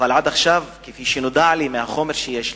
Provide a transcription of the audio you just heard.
עד עכשיו, כפי שנודע לי מהחומר שיש לי,